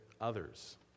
others